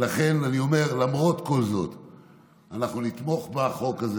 ולכן אני אומר: למרות כל זאת,